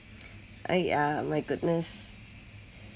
!aiya! my goodness